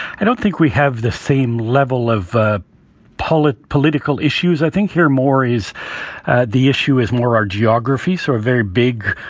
i don't think we have the same level of ah public political issues. i think here more is the issue is more. our geography saw a very big,